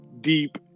deep